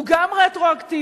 הוא גם רטרואקטיבי,